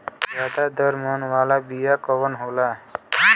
ज्यादा दर मन वाला महीन बिया कवन होला?